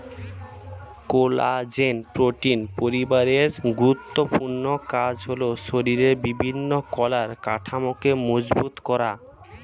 collagen protein পরিবারের গুরুত্বপূর্ণ কাজ হলো শরীরের বিভিন্ন কলার কাঠামোকে মজবুত করা